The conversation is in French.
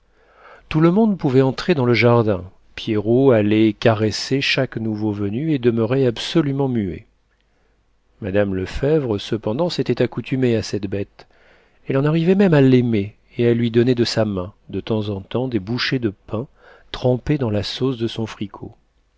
tout le monde pouvait entrer dans le jardin pierrot allait caresser chaque nouveau venu et demeurait absolument muet mme lefèvre cependant s'était accoutumée à cette bête elle en arrivait même à l'aimer et à lui donner de sa main de temps en temps des bouchées de pain trempées dans la sauce de son fricot